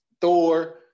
Thor